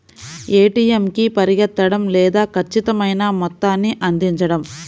ATM కి పరిగెత్తడం లేదా ఖచ్చితమైన మొత్తాన్ని అందించడం